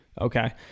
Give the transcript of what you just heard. Okay